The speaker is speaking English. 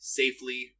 safely